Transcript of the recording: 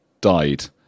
died